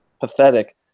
pathetic